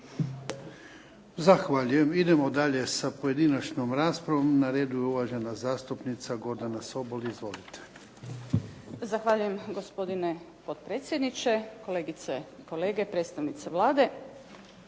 Zahvaljujem. Idemo dalje sa pojedinačnom raspravom. Na redu je uvažena zastupnica Gordana Sobol. Izvolite. **Sobol, Gordana (SDP)** Zahvaljujem gospodine potpredsjedniče, kolegice i kolege, predstavnici Vlade.